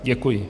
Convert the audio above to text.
Děkuji.